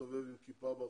להסתובב עם כיפה ברחוב,